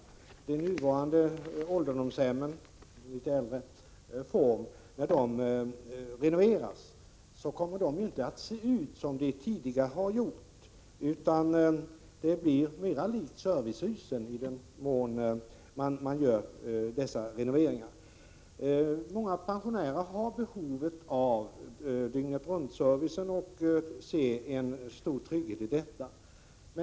När de nuvarande ålderdomshemmen har renoverats kommer de inte att se ut som de tidigare har gjort, utan de blir mer lika servicehus. Många pensionärer har behov av dygnet-runt-servicen och finner en stor trygghet i denna.